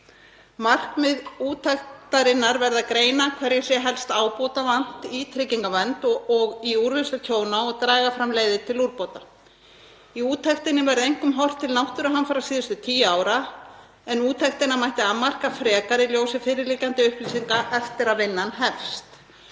Markmið úttektarinnar verði að greina hverju sé helst ábótavant í tryggingavernd og úrvinnslu tjóna og að draga fram leiðir til úrbóta. Í úttektinni verði einkum horft til náttúruhamfara síðustu 10 ára, en úttektina mætti afmarka frekar í ljósi fyrirliggjandi upplýsinga eftir að vinnan hefst.